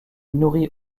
nourrit